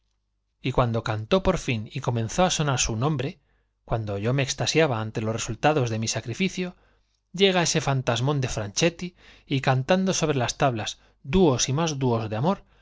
señorita y cuando cantó por fin y comenzó á sonar su nombre cuando yo me extasiaba ante los resultados de mi sacrificio llega ese fantasmón de franchetti y cantando sobre las tablas dúos y más dúos de amor